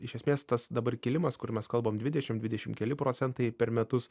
iš esmės tas dabar kilimas kur mes kalbam dvidešim dvidešim keli procentai per metus